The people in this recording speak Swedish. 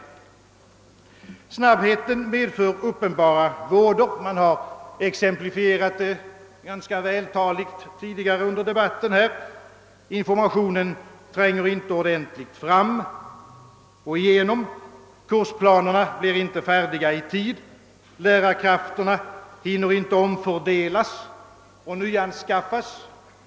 Snabbheten medför uppenbara vådor. Man har tidigare under debatten här exemplifierat detta ganska vältaligt. Informationen tränger inte fram och igenom ordentligt, kursplanerna blir inte färdiga i tid, lärarkrafterna hinner inte omfördelas och nyanskaffas.